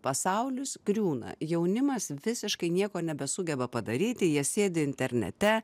pasaulis griūna jaunimas visiškai nieko nebesugeba padaryti jie sėdi internete